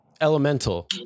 elemental